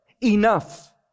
enough